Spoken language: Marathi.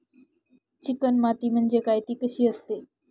चिकण माती म्हणजे काय? ति कशी असते?